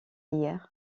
hier